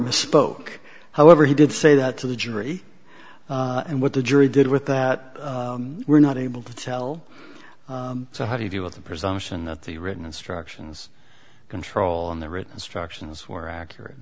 misspoke however he did say that to the jury and what the jury did with that we're not able to tell so how do you deal with the presumption that the written instructions controlling the written instructions were accurate